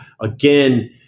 again